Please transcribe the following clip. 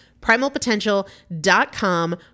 Primalpotential.com